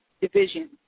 division